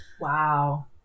Wow